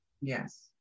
Yes